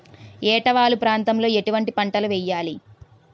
ఏటా వాలు ప్రాంతం లో ఎటువంటి పంటలు వేయాలి?